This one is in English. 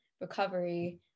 recovery